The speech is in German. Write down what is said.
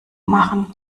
machen